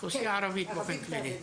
אוכלוסייה ערבית באופן כללי.